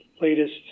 latest